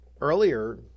earlier